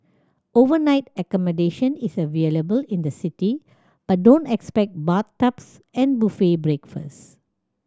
overnight accommodation is available in the city but don't expect bathtubs and buffet breakfasts